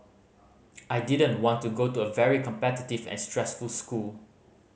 I didn't want to go into a very competitive and stressful school